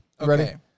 Ready